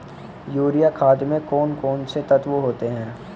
Urea खाद में कौन कौन से तत्व होते हैं?